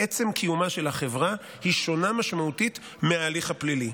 עצם קיומה של החברה היא שונה משמעותית מההליך הפלילי.